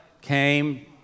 came